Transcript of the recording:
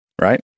right